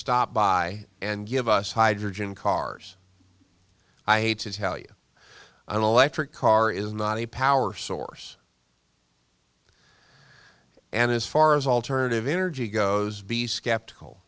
stop by and give us hydrogen cars i hate to tell you an electric car is not a power source and as far as alternative energy goes be skeptical